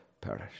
perish